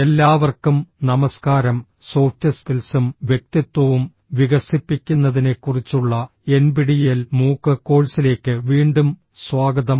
എല്ലാവർക്കും നമസ്കാരം സോഫ്റ്റ് സ്കിൽസും വ്യക്തിത്വവും വികസിപ്പിക്കുന്നതിനെക്കുറിച്ചുള്ള എൻപിടിഇഎൽ മൂക്ക് കോഴ്സിലേക്ക് വീണ്ടും സ്വാഗതം